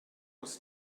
was